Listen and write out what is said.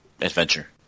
adventure